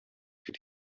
could